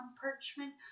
parchment